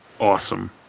Awesome